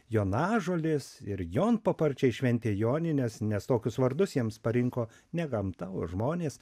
jonažolės ir jonpaparčiai šventė jonines nes tokius vardus jiems parinko ne gamta o žmonės